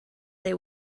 they